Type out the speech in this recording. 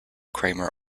kramer